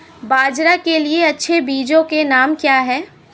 बाजरा के लिए अच्छे बीजों के नाम क्या हैं?